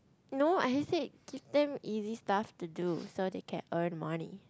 no I just say kitchen easy stuff to do so they can earn money